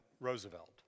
Roosevelt